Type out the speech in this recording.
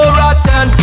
rotten